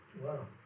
Wow